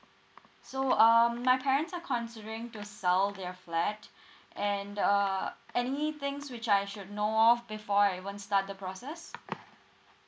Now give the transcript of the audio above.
so um my parents are considering to sell their flat and err any things which I should know of before I even start the process